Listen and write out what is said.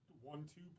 one-two